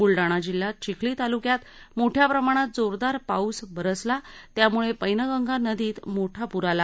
ब्लडाणा जिल्ह्यात चिखली ताल्क्यात मोठ्या प्रमाणात जोरदार पाऊस बरसला त्याम्ळे पैनगंगा नदीत मोठा पूर आला